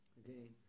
again